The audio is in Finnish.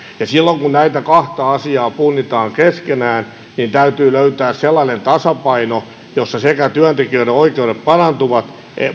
silloin kun näitä kahta asiaa punnitaan keskenään niin täytyy löytää sellainen tasapaino jossa työntekijöiden oikeudet parantuvat